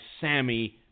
Sammy